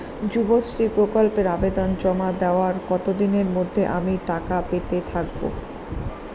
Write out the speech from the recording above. যুবশ্রী প্রকল্পে আবেদন জমা দেওয়ার কতদিনের মধ্যে আমি টাকা পেতে থাকব?